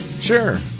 Sure